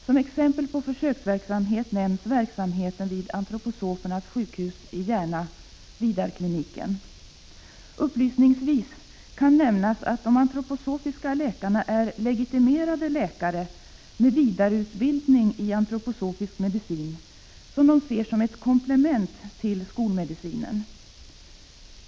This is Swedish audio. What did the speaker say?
Som exempel på försöksverksamhet nämns verksamheten vid antroposofernas vårdhem i Järna, Vidarkliniken. Upplysningsvis kan nämnas att de antroposofiska läkarna är legitimerade läkare med vidareutbildning i antroposofisk medicin, som de ser som ett komplement till skolmedicinen.